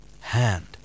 hand